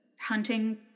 hunting